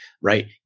right